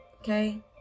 Okay